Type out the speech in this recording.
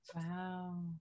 Wow